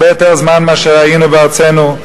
הרבה יותר זמן מאשר שהיינו בארצנו.